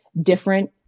different